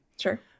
sure